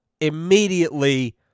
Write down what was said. Immediately